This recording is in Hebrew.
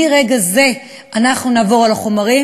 מרגע זה אנחנו נעבור על החומר.